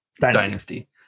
Dynasty